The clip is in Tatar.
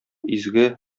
изге